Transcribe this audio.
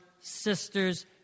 sisters